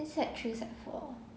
sec three sec four